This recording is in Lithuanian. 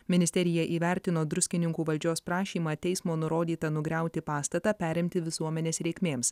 ministerija įvertino druskininkų valdžios prašymą teismo nurodytą nugriauti pastatą perimti visuomenės reikmėms